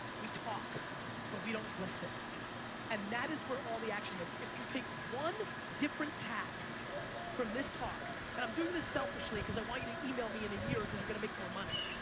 we talk but we don't listen and that is where all the action is. if you take one different tact from this talk and i'm doing this selfishly cause i want you to email me in a year cause you're gonna make more money.